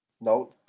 no